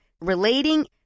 relating